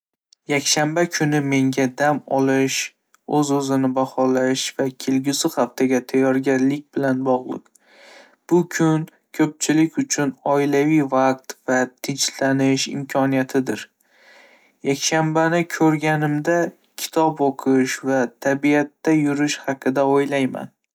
Yakshanba kuni menga dam olish, o'z-o'zini baholash va kelgusi haftaga tayyorgarlik bilan bog'liq. Bu kun ko'pchilik uchun oilaviy vaqt va tinchlanish imkoniyatidir. Yakshanbani ko'rganimda, kitob o'qish va tabiatda yurish haqida o'ylayman.